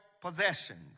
possessions